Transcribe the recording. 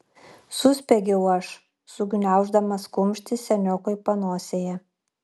suspiegiau aš sugniauždamas kumštį seniokui panosėje